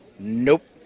Nope